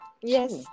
Yes